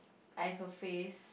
I have a face